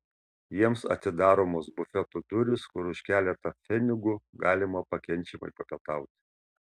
jiems atidaromos bufeto durys kur už keletą pfenigų galima pakenčiamai papietauti